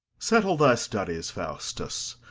settle thy studies, faustus,